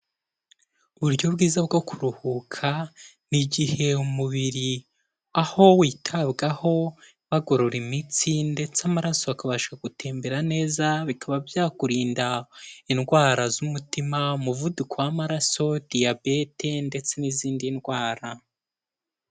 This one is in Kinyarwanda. Uburyo bwiza bwo kuruhuka, ni igihe umubiri aho witabwaho bagorora imitsi, ndetse amaraso akabasha gutembera neza, bikaba byakurinda indwara z'umutima, umuvuduko w'amaraso, diyabete ndetse n'izindi ndwara.